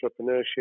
entrepreneurship